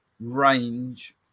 Range